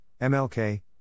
MLK